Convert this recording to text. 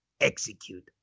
execute